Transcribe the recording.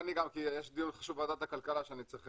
אוקיי.